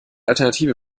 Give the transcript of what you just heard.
alternative